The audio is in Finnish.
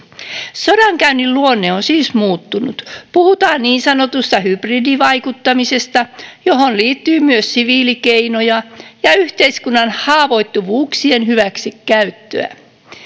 sodankäynnin luonne on siis muuttunut puhutaan niin sanotusta hybridivaikuttamisesta johon liittyy myös siviilikeinoja ja yhteiskunnan haavoittuvuuksien hyväksikäyttöä